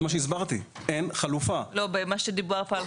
זה מה שהסברתי.